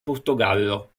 portogallo